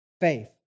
faith